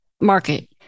market